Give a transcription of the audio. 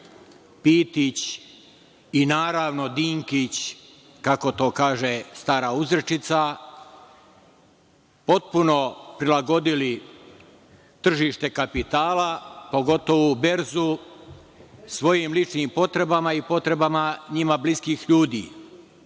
Pitić i naravno Dinkić, kako to kaže stara uzrečica, potpuno prilagodili tržište kapitala, pogotovu berzu, svojim ličnim potrebama i potrebama njima bliskih ljudi.